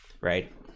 right